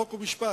חוק ומשפט,